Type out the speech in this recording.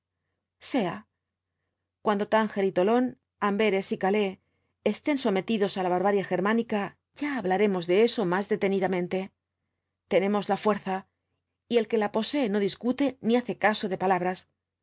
sea cuando tánger y tolón amberes y calais estén sometidos á la barbarie germánica ya hablaremos de eso más detenidamente tenemos la fuerza y el que la posee no discute ni hace caso de palabras